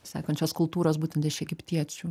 sekančios kultūros būtent iš egiptiečių